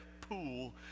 pool